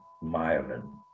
myelin